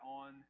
on